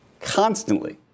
constantly